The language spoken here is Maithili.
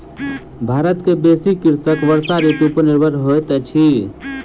भारत के बेसी कृषक वर्षा ऋतू पर निर्भर होइत अछि